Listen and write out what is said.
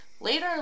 Later